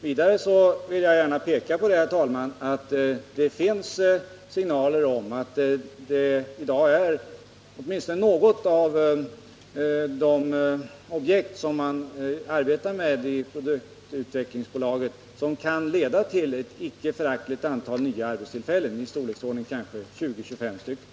Vidare vill jag gärna, herr talman, peka på att det finns signaler om att åtminstone något av de projekt som produktutvecklingsbolaget arbetar med kan leda till ett icke föraktligt antal nya arbetstillfällen, kanske 20-25